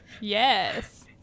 Yes